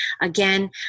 again